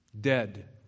Dead